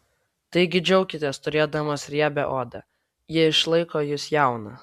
taigi džiaukitės turėdamos riebią odą ji išlaiko jus jauną